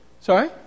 Sorry